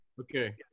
Okay